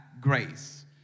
grace